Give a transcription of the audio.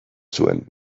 zuen